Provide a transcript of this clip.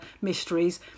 mysteries